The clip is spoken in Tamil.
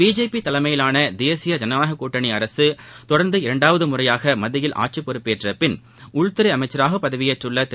பிஜேபி தலைமையிலான தேசிய ஜனநாயகக் கூட்டணி அரசு தொடர்ந்து இரண்டாவது முறையாக மத்தியில் ஆட்சிப் பொறுப்பேற்றபின் உள்துறை அமைச்சராக பதவியேற்றுள்ள திரு